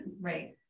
Right